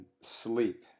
sleep